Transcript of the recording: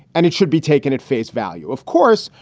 and it should be taken at face value, of course,